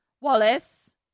Wallace